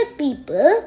people